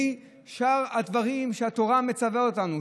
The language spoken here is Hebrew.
בלי שאר הדברים שהתורה מצווה אותנו.